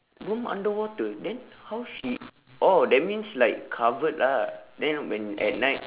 room underwater then how she oh that means like covered lah then when at night